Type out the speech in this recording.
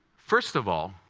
first of all,